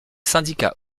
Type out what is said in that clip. syndicats